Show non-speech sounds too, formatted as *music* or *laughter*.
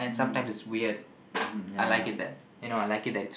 mmhmm mmhmm yeah *breath*